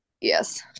Yes